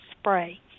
spray